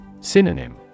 Synonym